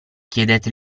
chiedete